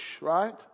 right